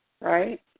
right